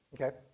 Okay